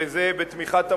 וזה בתמיכת המשרד,